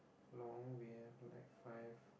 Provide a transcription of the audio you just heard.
long we have like five